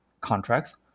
contracts